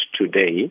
today